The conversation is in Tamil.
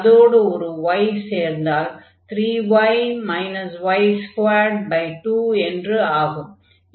அதோடு ஒரு y சேர்ந்தால் 3y y22 என்று ஆகும்